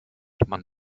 man